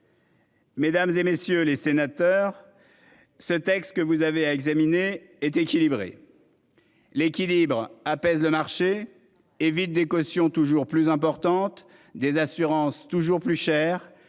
Mesdames, et messieurs les sénateurs. Ce texte que vous avez à examiner est équilibré. L'équilibre apaise le marché évite des cautions toujours plus importante des assurances toujours plus cher